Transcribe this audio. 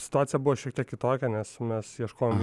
situacija buvo šiek tiek kitokia nes mes ieškojom